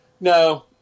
No